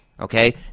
Okay